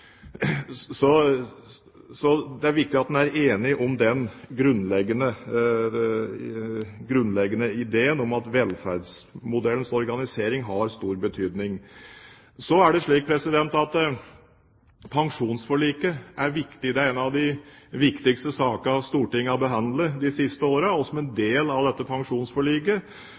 Så det er viktig at en er enige om den grunnleggende ideen om at velferdsmodellens organisering har stor betydning. Pensjonsforliket er viktig. Det er en av de viktigste sakene Stortinget har behandlet de siste årene. Som en del av dette pensjonsforliket